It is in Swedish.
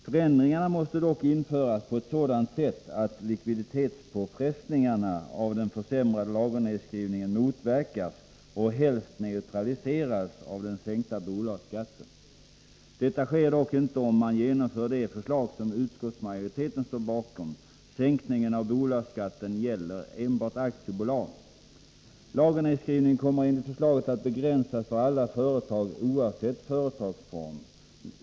Förändringarna måste dock införas på ett sådant sätt att likviditetspåfrestningarna av den försämrade lagernedskrivningen motverkas och helst neutraliseras av den sänkta bolagsskatten. Detta sker dock inte om man genomför det förslag som utskottsmajoriteten står bakom. Sänkningen av bolagsskatten gäller enbart aktiebolag. Lagernedskrivningen kommer enligt förslaget att begränsas för alla företag oavsett företagsform.